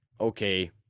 okay